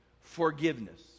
forgiveness